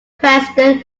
preston